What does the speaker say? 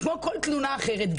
כמו כל תלונה אחרת.